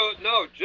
No